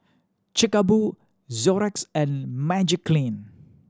Chic a Boo Xorex and Magiclean